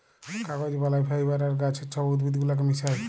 কাগজ বালায় ফাইবার আর গাহাচের ছব উদ্ভিদ গুলাকে মিশাঁয়